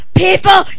people